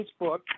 Facebook